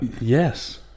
Yes